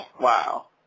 wow